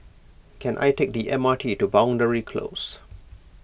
can I take the M R T to Boundary Close